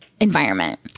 environment